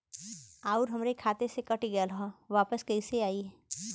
आऊर हमरे खाते से कट गैल ह वापस कैसे आई?